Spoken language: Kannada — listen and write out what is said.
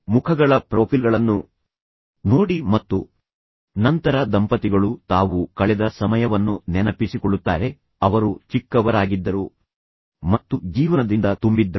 ಮುಖಗಳ ಪ್ರೊಫೈಲ್ಗಳನ್ನು ನೋಡಿ ಮತ್ತು ನಂತರ ದಂಪತಿಗಳು ತಾವು ಕಳೆದ ಸಮಯವನ್ನು ನೆನಪಿಸಿಕೊಳ್ಳುತ್ತಾರೆ ಅವರು ಚಿಕ್ಕವರಾಗಿದ್ದರು ಮತ್ತು ಜೀವನದಿಂದ ತುಂಬಿದ್ದರು